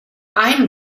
ein